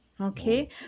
Okay